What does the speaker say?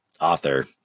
author